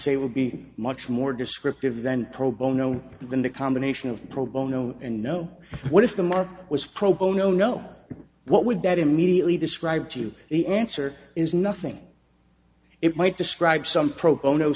say will be much more descriptive than pro bono than the combination of pro bono and know what if the mark was pro bono no what would that immediately describe to you the answer is nothing it might describe some pro bono